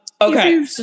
okay